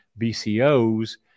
BCOs